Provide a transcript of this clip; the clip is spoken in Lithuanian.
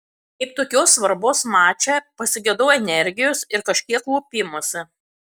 kaip tokios svarbos mače pasigedau energijos ir kažkiek lupimosi